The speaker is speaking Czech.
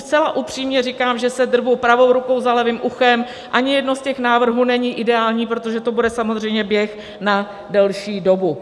Zcela upřímně říkám, že se drbu pravou rukou za levým uchem ani jeden z těch návrhů není ideální, protože to bude samozřejmě běh na delší dobu.